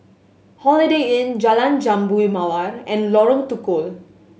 Holiday Inn Jalan Jambu Mawar and Lorong Tukol